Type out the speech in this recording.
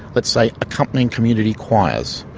let's say, accompanying community choirs,